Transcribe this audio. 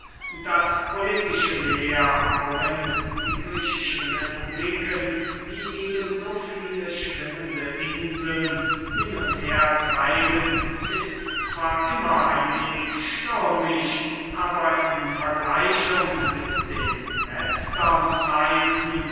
das politische meer worin die griechischen republiken wie eben so viele schwimmende inseln hin und her treiben ist zwar immer ein wenig stürmisch aber in vergleichung mit den letztern zeiten